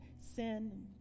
sin